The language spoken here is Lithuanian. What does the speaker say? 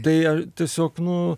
tai tiesiog nu